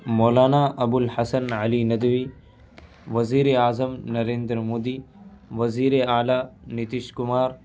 مولانا ابو الحسن علی ندوی وزیر اعظم نریندر مودی وزیر اعلیٰ نتیش کمار